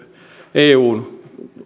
eun